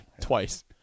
Twice